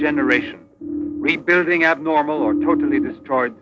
regeneration rebuilding abnormal or totally destroyed